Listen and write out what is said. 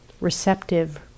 receptive